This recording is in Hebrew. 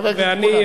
חבר הכנסת מולה.